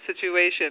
situation